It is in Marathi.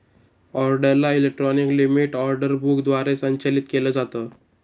ऑर्डरला इलेक्ट्रॉनिक लिमीट ऑर्डर बुक द्वारे संचालित केलं जातं